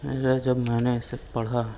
میں نے جب اسے پڑھا